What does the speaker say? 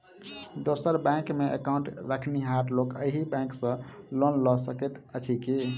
दोसर बैंकमे एकाउन्ट रखनिहार लोक अहि बैंक सँ लोन लऽ सकैत अछि की?